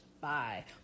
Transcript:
bye